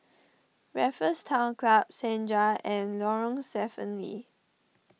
Raffles Town Club Senja and Lorong Stephen Lee